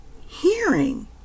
hearing